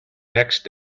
next